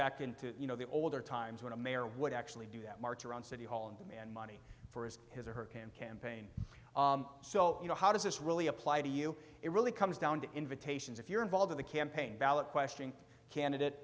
back into you know the older times when a mayor would actually do that march around city hall and demand money for his his or her campaign so you know how does this really apply to you it really comes down to invitations if you're involved in the campaign ballot question candidate